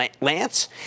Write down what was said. Lance